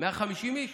150 איש?